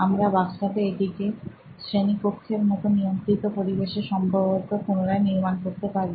আমরা বাস্তবে এটিকে শ্রেণিকক্ষের মত নিয়ন্ত্রিত পরিবেশে সম্ভবত পুনরায় নির্মাণ করতে পারি